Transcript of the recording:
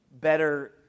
better